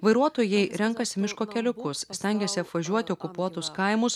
vairuotojai renkasi miško keliukus stengiasi apvažiuoti okupuotus kaimus